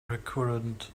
recurrent